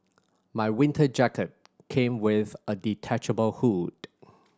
my winter jacket came with a detachable hood